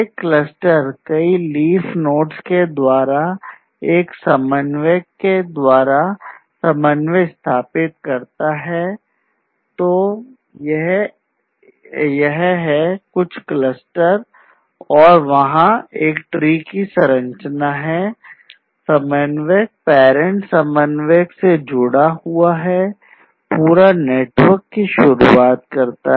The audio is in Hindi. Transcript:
क्लस्टर ट्री से जुड़ा हुआ है पूरा नेटवर्क की शुरुआत करता है